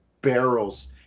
barrels